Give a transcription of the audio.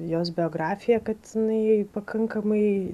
jos biografija kad jinai pakankamai